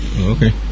Okay